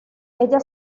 ella